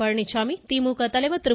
பழனிச்சாமி திமுக தலைவர் திரு